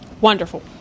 wonderful